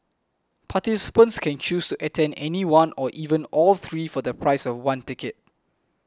participants can choose to attend any one or even all three for the price of one ticket